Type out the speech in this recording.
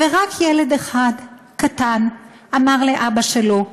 ורק ילד אחד קטן אמר לאבא שלו: